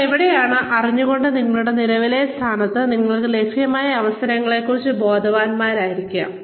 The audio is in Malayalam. നിങ്ങൾ എവിടെയാണെന്ന് അറിഞ്ഞു കൊണ്ട് നിങ്ങളുടെ നിലവിലെ സ്ഥാനത്ത് നിങ്ങൾക്ക് ലഭ്യമായ അവസരങ്ങളെക്കുറിച്ച് ബോധവാനായിരിക്കുക